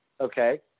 Okay